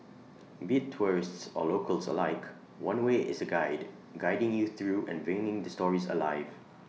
be tourists or locals alike one way is A guide guiding you through and bringing the stories alive